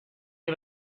get